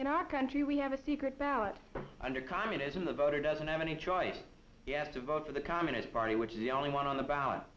in our country we have a secret ballot under communism the voter doesn't have any choice yet to vote for the communist party which is the only one on the ballot